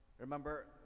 remember